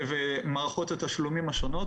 ומערכות התשלומים השונות.